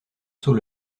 saut